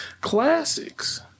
classics